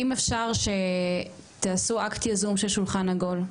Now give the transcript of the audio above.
אם אפשר שתעשו אקט יזום של שולחן עגול.